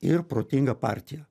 ir protingą partiją